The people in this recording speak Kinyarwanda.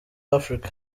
africa